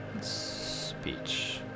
Speech